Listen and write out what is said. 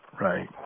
Right